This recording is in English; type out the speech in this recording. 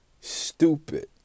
Stupid